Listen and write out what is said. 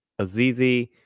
Azizi